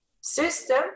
System